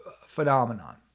phenomenon